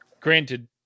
Granted